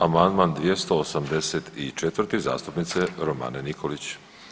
Amandman 284. zastupnice Romane Nikolić.